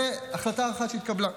זו החלטה אחת שהתקבלה.